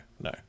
no